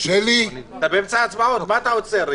רוויזיה עליה לבקשתו של אוסמה.